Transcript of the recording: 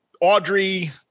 Audrey –